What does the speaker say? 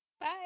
bye